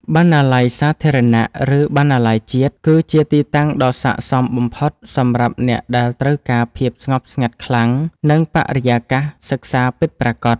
បណ្ណាល័យសាធារណៈ ឬបណ្ណាល័យជាតិ គឺជាទីតាំងដ៏ស័ក្ដិសមបំផុតសម្រាប់អ្នកដែលត្រូវការភាពស្ងប់ស្ងាត់ខ្លាំង និងបរិយាកាសសិក្សាពិតប្រាកដ។